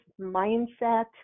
mindset